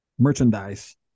merchandise